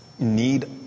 need